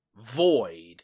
void